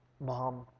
Mom